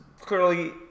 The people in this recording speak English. clearly